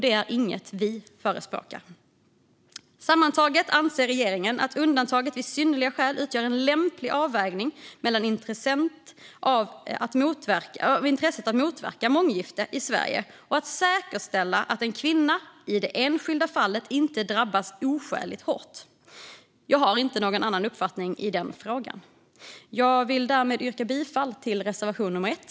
Det är inget vi förespråkar. Sammantaget anser regeringen att undantaget vid synnerliga skäl utgör en lämplig avvägning mellan intresset av att motverka månggiften i Sverige och att säkerställa att en kvinna i det enskilda fallet inte drabbas oskäligt hårt. Jag har inte någon annan uppfattning i den frågan. Jag yrkar därmed bifall till reservation nummer 1.